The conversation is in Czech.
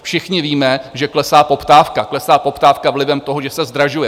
Všichni víme, že klesá poptávka, klesá poptávka vlivem toho, že se zdražuje.